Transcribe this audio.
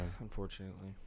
Unfortunately